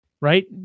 right